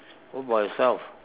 what about yourself